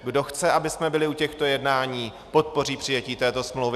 Kdo chce, abychom byli u těchto jednání, podpoří přijetí této smlouvy.